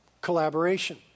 Collaboration